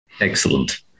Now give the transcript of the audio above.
Excellent